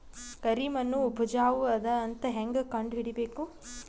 ಕರಿಮಣ್ಣು ಉಪಜಾವು ಅದ ಅಂತ ಹೇಂಗ ಕಂಡುಹಿಡಿಬೇಕು?